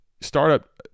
startup